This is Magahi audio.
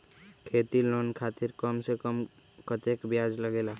खेती लोन खातीर कम से कम कतेक ब्याज लगेला?